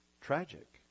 Tragic